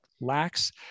lacks